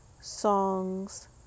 songs